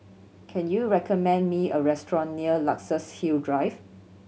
can you recommend me a restaurant near Luxus Hill Drive